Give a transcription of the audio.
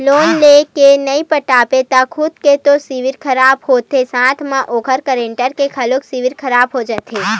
loan लेय के नइ पटाबे त खुद के तो सिविल खराब होथे साथे म ओखर गारंटर के घलोक सिविल खराब हो जाथे